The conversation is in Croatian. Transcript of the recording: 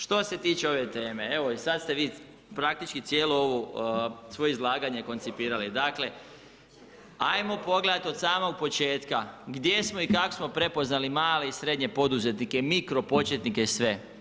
Što se tiče ove teme, evo i sada ste vi praktički cijelo ovo svoje izlaganje konipirali, dakle, ajmo pogledati od samog početka, gdje smo i kako smo prepoznali male i srednje poduzetnike, mikro početnike i sve.